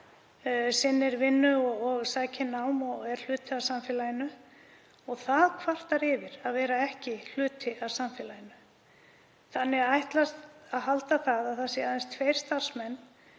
sinnir vinnu og sækir nám og er hluti af samfélaginu. Það kvartar yfir því að vera ekki hluti af samfélaginu. Og það að halda að aðeins tveir starfsmenn